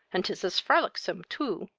and is as frolicksome too.